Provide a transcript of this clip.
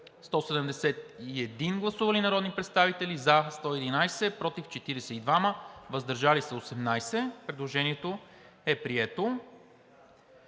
Гласували 171 народни представители: за 111, против 42, въздържали се 18. Предложението е прието